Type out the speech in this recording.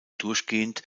durchgehend